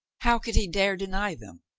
how could he dare deny them?